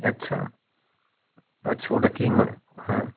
আচ্ছা আচ্ছা ওটা কী মানে হ্যাঁ